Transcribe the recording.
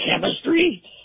Chemistry